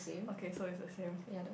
okay so it's the same